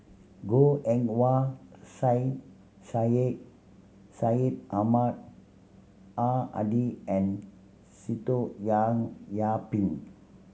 Goh Eng Wah Syed Syed Ahmad Al Hadi and Sitoh Young Yih Pin